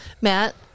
Matt